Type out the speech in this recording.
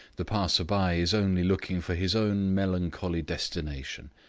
the passer-by is only looking for his own melancholy destination,